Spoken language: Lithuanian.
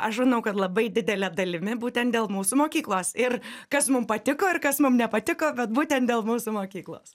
aš manau kad labai didele dalimi būtent dėl mūsų mokyklos ir kas mum patiko ir kas mum nepatiko bet būtent dėl mūsų mokyklos